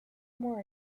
more